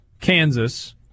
Kansas